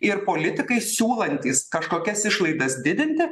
ir politikai siūlantys kažkokias išlaidas didinti